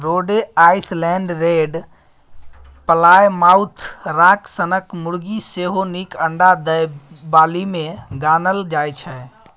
रोडे Island red, Plymouth rock सनक मुरगी सेहो नीक अंडा दय बालीमे गानल जाइ छै